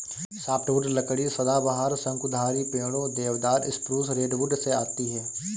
softwood लकड़ी सदाबहार, शंकुधारी पेड़ों, देवदार, स्प्रूस, रेडवुड से आती है